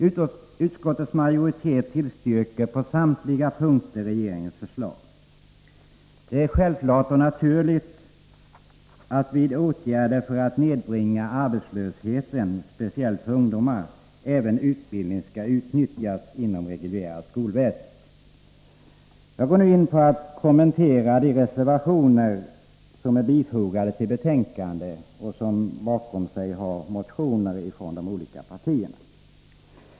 Utskottets majoritet tillstyrker på samtliga punkter regeringens förslag. När man vidtar åtgärder för att nedbringa arbetslösheten speciellt för ungdomar är det självklart och naturligt att även utbildning inom det reguljära skolväsendet utnyttjas. Jag går nu in på att kommentera de reservationer som är fogade till betänkandet och som bakom sig har motioner från de olika partierna.